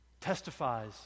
testifies